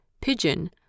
pigeon